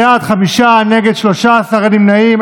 בעד, חמישה, נגד, 13, אין נמנעים.